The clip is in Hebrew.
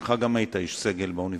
עצמך היית איש סגל באוניברסיטה.